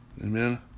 Amen